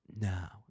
now